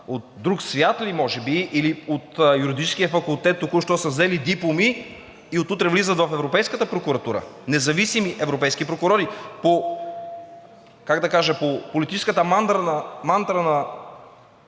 от друг свят ли може би, или от Юридическия факултет току-що са взели дипломи и от утре влизат в Европейската прокуратура – независими европейски прокурори, как да кажа, по политическата мантра на